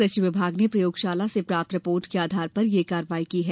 कृषि विभाग ने प्रयोगशाला से प्राप्त रिपोर्ट के आधार पर ये कार्यवाही की है